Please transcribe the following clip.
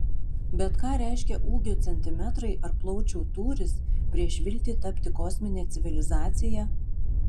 bet ką reiškia ūgio centimetrai ar plaučių tūris prieš viltį tapti kosmine civilizacija